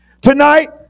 Tonight